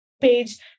page